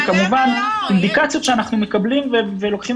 וכמובן אינדיקציות שאנחנו מקבלים ולוקחים